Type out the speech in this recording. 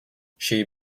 she